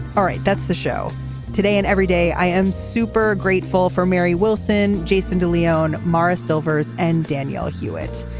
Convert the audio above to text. all right. that's the show today and every day i am super grateful for mary wilson jason de leon morris silvers and daniela hewitt.